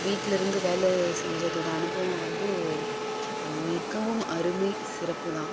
வீட்டில் இருந்து வேலை செஞ்சதோடய அனுபவம் வந்து மிகவும் அருமை சிறப்பு தான்